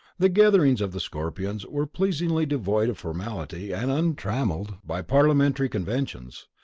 the gatherings of the scorpions were pleasingly devoid of formality, and untrammeled by parliamentary conventions.